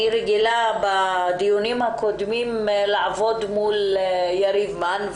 אני רגילה בדיונים הקודמים לעבוד מול יריב מן.